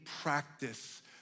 practice